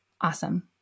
awesome